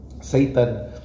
Satan